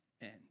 end